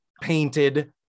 painted